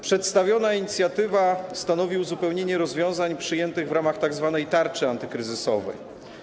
Przedstawiona inicjatywa stanowi uzupełnienie rozwiązań przyjętych w ramach tzw. tarczy antykryzysowej.